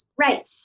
Right